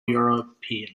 european